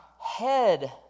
head